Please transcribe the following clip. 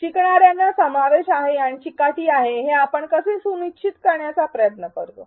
शिकणाऱ्यांचा समावेश आहे आणि चिकाटी आहे हे आपण कसे सुनिश्चित करण्याचा प्रयत्न करतो